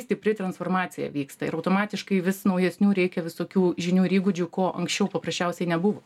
stipri transformacija vyksta ir automatiškai vis naujesnių reikia visokių žinių ir įgūdžių ko anksčiau paprasčiausiai nebuvo